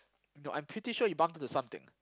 no I'm pretty sure he bumped into something